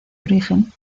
origen